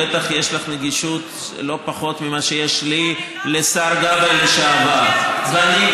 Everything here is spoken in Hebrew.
בטח יש לך גישה לא פחות ממה שיש לי לשר לשעבר גבאי,